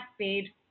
paid